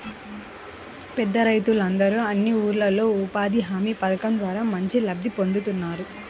పేద రైతులందరూ అన్ని ఊర్లల్లో ఉపాధి హామీ పథకం ద్వారా మంచి లబ్ధి పొందుతున్నారు